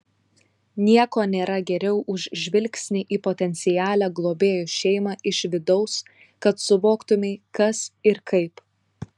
nieko nėra geriau už žvilgsnį į potencialią globėjų šeimą iš vidaus kad suvoktumei kas ir kaip